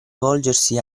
volgersi